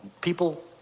people